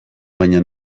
baina